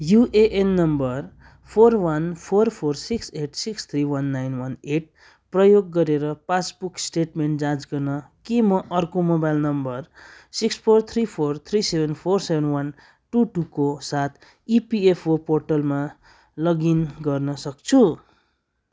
UAN number four one four four six eight six three one nine one eight प्रयोग गरेर passbook statement जाँच गर्न के म अर्को mobile number six four three four three seven four seven one two two को साथ EPFO पोर्टलमा लगइन गर्न सक्छु